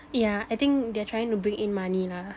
yeah I think they're trying to bring in money lah